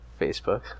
Facebook